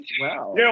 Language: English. Wow